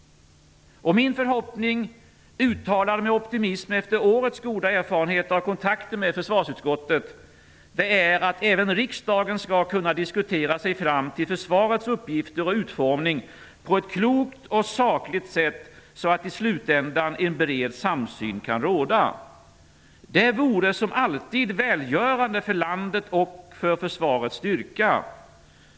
Min förhoppning, uttalad med optimism efter årets goda erfarenhet av kontakter med försvarsutskottet, är att även riksdagen skall kunna diskutera sig fram till försvarets uppgifter och utformning på ett klokt och sakligt sätt så att en bred samsyn slutligen kan råda. Det vore, som alltid, välgörande för landet och för försvarets styrka.